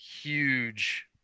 huge